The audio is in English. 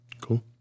Cool